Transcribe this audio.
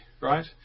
right